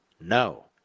No